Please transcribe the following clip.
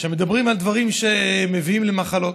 שמדברים על דברים שמביאים למחלות.